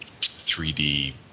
3D